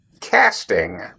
casting